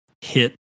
hit